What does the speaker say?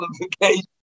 notifications